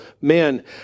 men